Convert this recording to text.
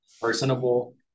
personable